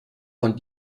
von